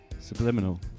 subliminal